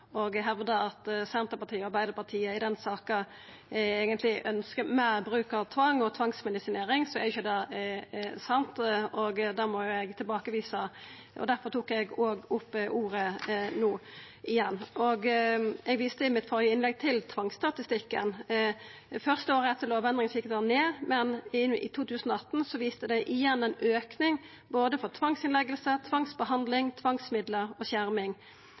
og hevdar at Senterpartiet og Arbeidarpartiet i denne saka eigentleg ønskjer meir bruk av tvang og tvangsmedisinering, så er ikkje det sant. Det må eg tilbakevisa, og difor tok eg ordet no igjen. Eg viste i mitt førre innlegg til tvangsstatistikken. Det første året etter lovendringa gjekk det ned, men i 2018 var det igjen ein auke for både tvangsinnlegging, tvangsbehandling, tvangsmiddel og skjerming.